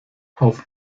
auf